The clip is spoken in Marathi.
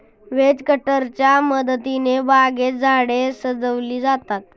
हेज कटरच्या मदतीने बागेत झाडे सजविली जातात